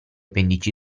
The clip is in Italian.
pendici